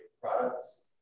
products